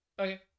Okay